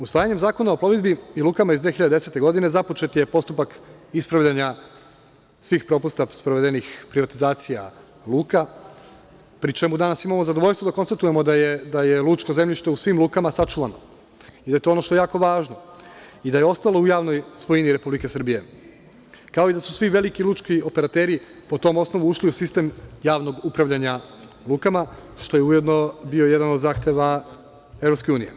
Usvajanjem Zakona o plovidbi i lukama iz 2010. godine započet je postupak ispravljanja svih propusta sprovedenih privatizacija luka, pri čemu danas imamo zadovoljstvo da konstatujemo da je lučko zemljište u svim lukama sačuvano i da je to ono što je jako važno i da je ostalo u javnoj svojini RS, kao i da su svi veliki lučki operateri ušli u sistem javnog upravljanja lukama, što je ujedno bio jedan od zahteva EU.